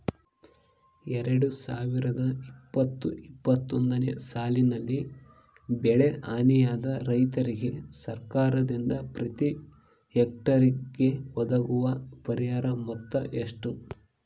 ಎರಡು ಸಾವಿರದ ಇಪ್ಪತ್ತು ಇಪ್ಪತ್ತೊಂದನೆ ಸಾಲಿನಲ್ಲಿ ಬೆಳೆ ಹಾನಿಯಾದ ರೈತರಿಗೆ ಸರ್ಕಾರದಿಂದ ಪ್ರತಿ ಹೆಕ್ಟರ್ ಗೆ ಒದಗುವ ಪರಿಹಾರ ಮೊತ್ತ ಎಷ್ಟು?